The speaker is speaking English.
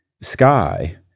Sky